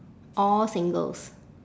all singles